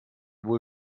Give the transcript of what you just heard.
wohl